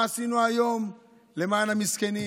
מה עשינו היום למען המסכנים,